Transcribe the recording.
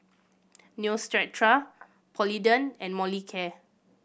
Neostrata Polident and Molicare